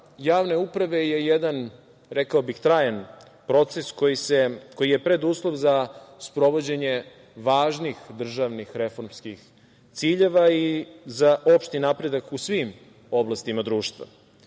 javne uprave je jedan trajan proces koji je preduslov za sprovođenje važnih državnih reformskih ciljeva i za opšti napredak u svim oblastima društva.